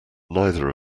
neither